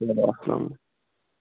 چلو اسلام